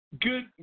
Good